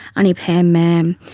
aunty pam mam.